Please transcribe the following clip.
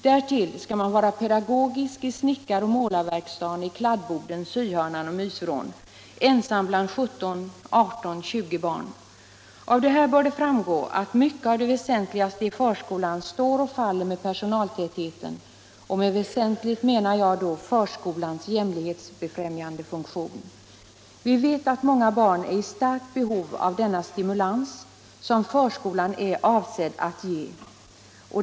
Därtill skall de vara pedagogiska i snickaroch målarverkstad, i kladdboden, syhörnan och mysvrån; ensam bland 17, 18 eller 20 barn. Av det här bör det framgå att mycket av det väsentligaste i förskolan står och faller med personaltätheten, och med väsentligt menar jag då förskolans jämlikhetsbefrämjande funktion. Vi vet att många barn är i starkt behov av denna stimulans som förskolan är avsedd att ge.